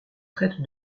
traite